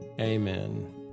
Amen